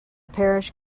parish